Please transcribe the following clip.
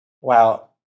Wow